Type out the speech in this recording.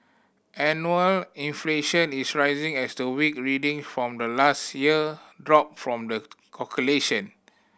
annual inflation is rising as the weak reading from the last year drop from the calculation